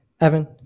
Evan